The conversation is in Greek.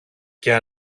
και